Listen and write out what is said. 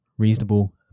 reasonable